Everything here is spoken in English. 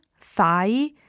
Fai